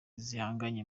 zihanganye